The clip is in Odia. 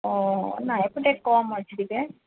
ଓ ନାଇଁ ଏପଟେ କମ୍ ଅଛି ଟିକେ